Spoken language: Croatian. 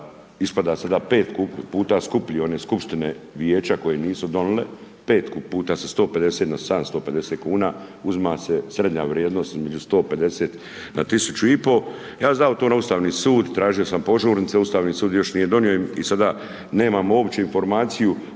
ispada sada 5 puta skuplji one skupštine vijeća koje nisu donijele, 5 puta su 150 na 750 kn, uzima se srednja vrijednost između 150 na 1500. Ja .../nerazumljivo/... na Ustavni sud, tražio sam požurnice, Ustavni sud još nije donio i sada nemamo uopće informaciju